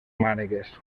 mànegues